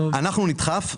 אנחנו נדחוף.